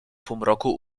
półmroku